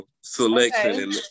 selection